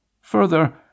Further